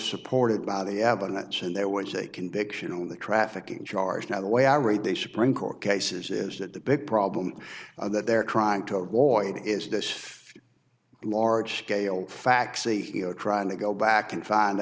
supported by the evidence and there was a conviction on the trafficking charge now the way i read the supreme court cases is that the big problem that they're trying to avoid is this large scale facts c e o trying to go back and find